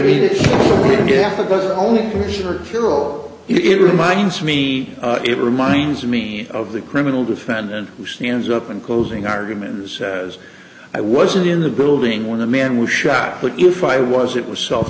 the only sure fair or it reminds me it reminds me of the criminal defendant who stands up and closing argument and says i wasn't in the building when the man was shot but if i was it was self